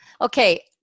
Okay